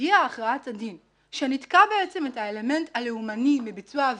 כשהגיעה הכרעת הדין שניתקה בעצם את האלמנט הלאומני מביצוע העבירה,